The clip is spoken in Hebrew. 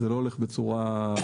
זה לא הולך בצורה פשוטה.